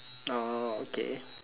oh okay